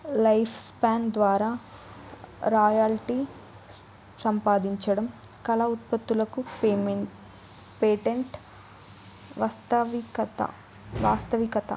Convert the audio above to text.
life span ద్వారా royalty సంపాదించడం కళ ఉత్పత్తులకు పేమెంట్ పేటెంట్ వాస్తవికత వాస్తవికత